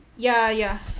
ya ya